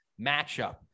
matchup